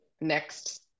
next